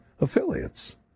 affiliates